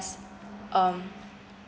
um